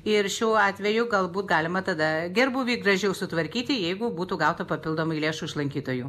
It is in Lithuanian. ir šiuo atveju galbūt galima tada gerbūvį gražiau sutvarkyti jeigu būtų gauta papildomai lėšų iš lankytojų